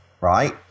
right